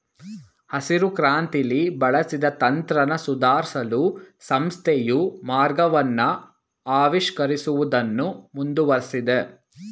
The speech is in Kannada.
ಹಸಿರುಕ್ರಾಂತಿಲಿ ಬಳಸಿದ ತಂತ್ರನ ಸುಧಾರ್ಸಲು ಸಂಸ್ಥೆಯು ಮಾರ್ಗವನ್ನ ಆವಿಷ್ಕರಿಸುವುದನ್ನು ಮುಂದುವರ್ಸಿದೆ